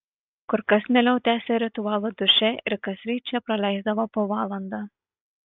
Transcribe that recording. kur kas mieliau tęsė ritualą duše ir kasryt čia praleisdavo po valandą